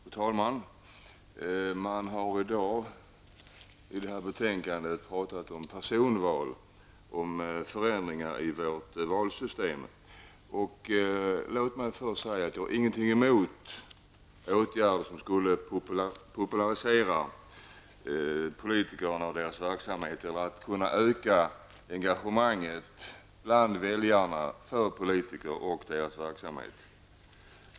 Fru talman! Här har i dag diskuterats ett betänkande som handlar om personval och förändringar i vårt valsystem. Låt mig först säga att jag inte har något emot åtgärder som skulle popularisera politikerna och deras verksamhet, eller som skulle öka engagemanget bland väljarna för politikerna och deras verksamhet.